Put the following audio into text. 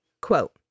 Quote